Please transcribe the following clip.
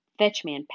Fetchman